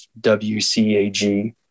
WCAG